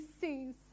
sees